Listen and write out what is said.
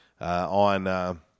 on